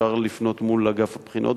ואפשר לפנות מול אגף הבחינות.